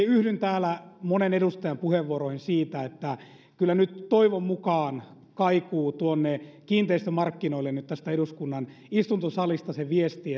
yhdyn täällä monen edustajan puheenvuoroihin siitä että kyllä nyt toivon mukaan kaikuu tuonne kiinteistömarkkinoille tästä eduskunnan istuntosalista se viesti